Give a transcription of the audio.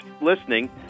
listening